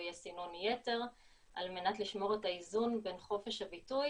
יהיה סינון יתר על מנת לשמור את האיזון בין חופש הביטוי